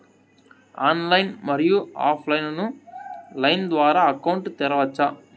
Online, మరియు offline line ద్వారా account తెరవచ్చా?